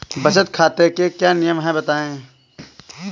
बचत खाते के क्या नियम हैं बताएँ?